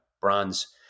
bronze